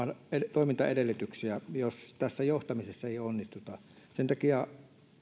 toimintaedellytyksiä jos tässä johtamisessa ei onnistuta sen takia